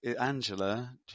Angela